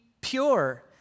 pure